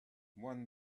one